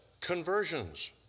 Conversions